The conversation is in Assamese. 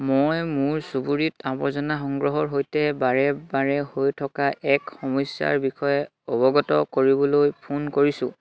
মই মোৰ চুবুৰীত আৱৰ্জনা সংগ্ৰহৰ সৈতে বাৰে বাৰে হৈ থকা এক সমস্যাৰ বিষয়ে অৱগত কৰিবলৈ ফোন কৰিছোঁ